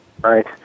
Right